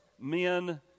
men